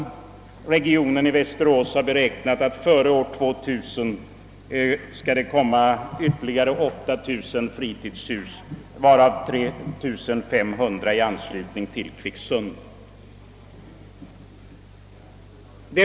Vederbörande regionsorgan i Västerås har beräknat att det i detta område före år 2000 kommer att finnas ytterligare 8 000 fritidshus, varav 3 500 i närheten av Kvicksund.